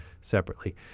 separately